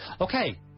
Okay